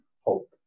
hope